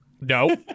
No